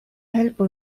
helpu